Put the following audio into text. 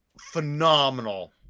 phenomenal